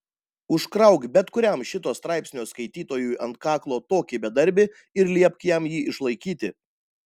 užkrauk bet kuriam šito straipsnio skaitytojui ant kaklo tokį bedarbį ir liepk jam jį išlaikyti